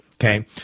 Okay